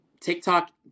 TikTok